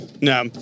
No